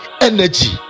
energy